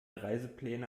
reisepläne